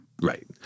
Right